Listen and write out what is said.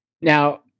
now